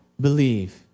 believe